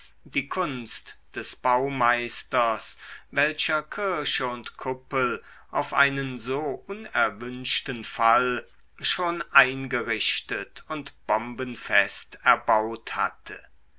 die kunst des baumeisters welcher kirche und kuppel auf einen so unerwünschten fall schon eingerichtet und bombenfest erbaut hatte